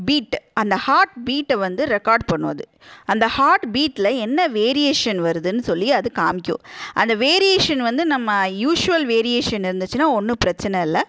beat அந்த heart பீட்டை வந்து ரெக்கார்ட் பண்ணும் அது அந்த ஹாட் பீட்ல என்ன வேரியேஷன் வருதுன்னு சொல்லி அது காமிக்கும் அந்த வேரியேஷன் வந்து நம்ம யூஷ்வல் வேரியேஷன் இருந்துச்சின்னால் ஒன்றும் பிரச்சனை இல்லை